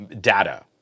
data